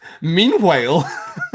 meanwhile